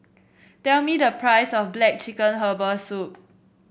tell me the price of black chicken Herbal Soup